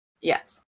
yes